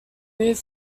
moved